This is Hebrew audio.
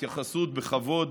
התייחסות בכבוד